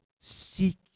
seek